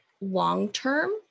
long-term